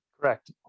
Correct